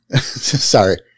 Sorry